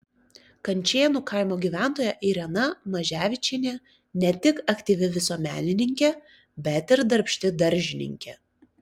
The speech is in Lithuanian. kančėnų kaimo gyventoja irena maževičienė ne tik aktyvi visuomenininkė bet ir darbšti daržininkė